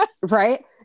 Right